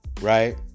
Right